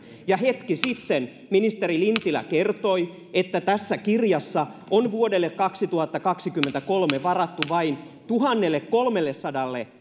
ja hetki sitten ministeri lintilä kertoi että tässä kirjassa on vuodelle kaksituhattakaksikymmentäkolme varattu vain tuhannellekolmellesadalle